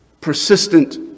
persistent